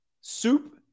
Soup